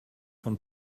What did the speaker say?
von